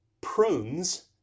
prunes